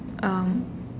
um